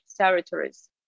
territories